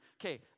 Okay